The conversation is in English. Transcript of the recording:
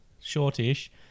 Shortish